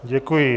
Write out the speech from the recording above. Děkuji.